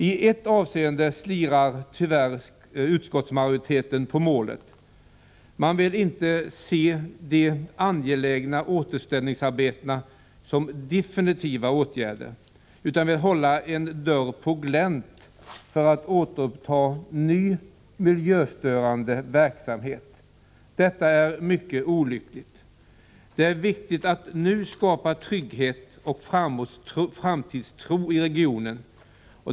I ett avseende ”slirar” tyvärr utskottsmajoriteten på målet. Man vill inte se de angelägna återställningsarbetena som en definitiv åtgärd utan vill hålla en dörr på glänt för att återuppta ny miljöstörande verksamhet. Detta är mycket olyckligt. Det är viktigt att nu skapa trygghet och framtidstro i regionen.